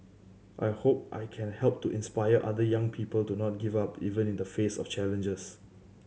I hope I can help to inspire other young people to not give up even in the face of challenges